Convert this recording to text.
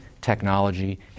technology